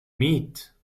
meet